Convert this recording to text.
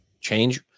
change